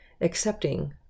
accepting